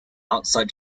outside